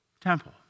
temple